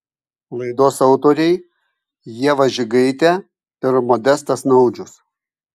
laidos autoriai ieva žigaitė ir modestas naudžius